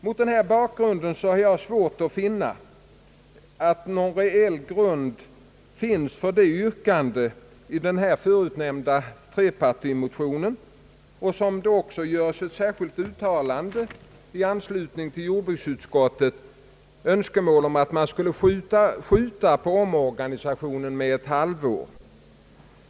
Mot denna bakgrund har jag svårt att finna att någon reell grund finns för det yrkande som framställts i den förutnämnda trepartimotionen, och det framförs också i ett särskilt uttalande i anslutning till jordbruksutskottets utlå tande önskemål om att man skulle skjuta på omorganisationen under ett halvår.